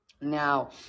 Now